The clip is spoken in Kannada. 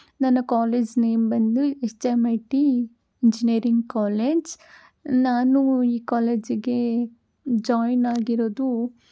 ನನ್ನ ಕಾಲೇಝ್ ನೇಮ್ ಬಂದು H M I T engineering college ನಾನು ಈ ಕಾಲೇಜಿಗೆ ಜಾಯ್ನ್ ಆಗಿರೋದು